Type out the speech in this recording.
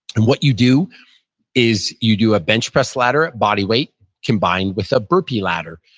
and what you do is you do a bench press ladder at body weight combined with a burpee ladder.